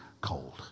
cold